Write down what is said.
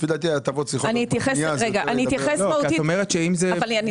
אני אתייחס לזה משני